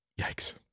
yikes